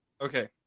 Okay